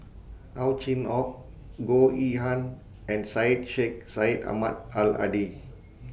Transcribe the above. Ow Chin Hock Goh Yihan and Syed Sheikh Syed Ahmad Al Hadi